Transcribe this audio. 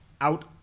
out